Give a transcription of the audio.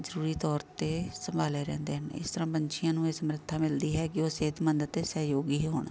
ਜ਼ਰੂਰੀ ਤੌਰ 'ਤੇ ਸੰਭਾਲਿਆ ਰਹਿੰਦੇ ਹਨ ਇਸ ਤਰਾਂ ਪੰਛੀਆਂ ਨੂੰ ਇਹ ਸਮਰੱਥਾ ਮਿਲਦੀ ਹੈ ਕਿ ਉਹ ਸਿਹਤਮੰਦ ਅਤੇ ਸਹਿਯੋਗੀ ਹੋਣ